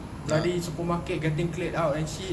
bloody supermarket getting cleared out and shit